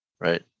right